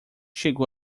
chegou